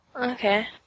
Okay